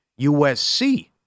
USC